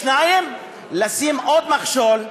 2. לשים עוד מכשול,